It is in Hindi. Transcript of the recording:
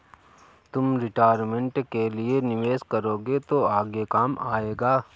तुम रिटायरमेंट के लिए निवेश करोगे तो आगे काम आएगा